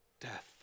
death